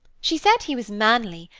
she said he was manly,